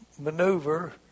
maneuver